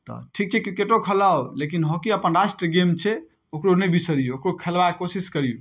तऽ ठीक छै क्रिकेटो खेलाउ लेकिन हॉकी अपन राष्ट्रीय गेम छै ओकरो नहि बिसरियौ ओकरो खेलबाक कोशिश करियौ